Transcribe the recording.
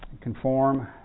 Conform